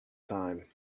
time